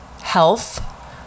health